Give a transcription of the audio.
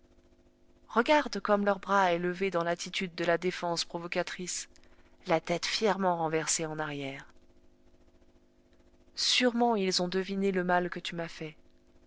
regarde comme leur bras est levé dans l'attitude de la défense provocatrice la tête fièrement renversée en arrière sûrement ils ont deviné le mal que tu m'as fait